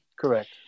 Correct